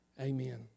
Amen